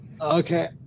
Okay